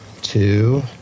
two